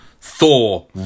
Thor